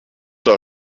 der